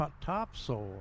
topsoil